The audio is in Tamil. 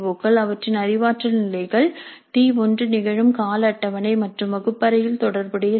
க்கள் அவற்றின் அறிவாற்றல் நிலைகள் T1 நிகழும் கால அட்டவணை மற்றும் வகுப்பறையில் தொடர்புடைய சி